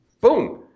Boom